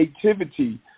creativity